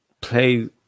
play